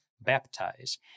baptize